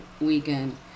weekend